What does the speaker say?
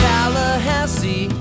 Tallahassee